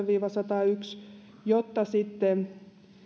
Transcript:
viiva sadasensimmäinen pykälä jotta